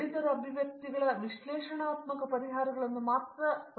ಗಣಿತದ ಅಭಿವ್ಯಕ್ತಿಗಳ ವಿಶ್ಲೇಷಣಾತ್ಮಕ ಪರಿಹಾರಗಳನ್ನು ಅವರು ನೋಡಬೇಕು